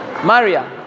Maria